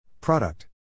product